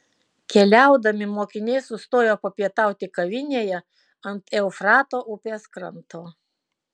keliaudami mokiniai sustojo papietauti kavinėje ant eufrato upės kranto